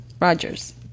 rogers